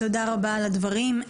תודה רבה על הדברים.